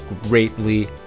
greatly